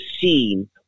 seen